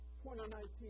2019